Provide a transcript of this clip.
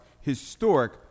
historic